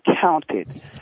counted